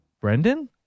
Brendan